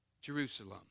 Jerusalem